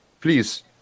Please